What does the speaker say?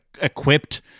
equipped